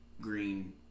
green